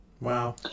wow